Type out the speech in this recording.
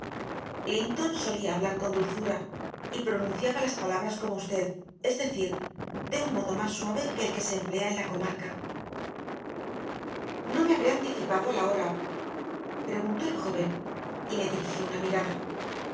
impresión linton solía hablar con dulzura y pronunciaba las palabras como usted es decir de un modo más suave que el que se emplea en la comarca no me habré anticipado a la hora preguntó el joven y me dirigió una mirada